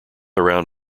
around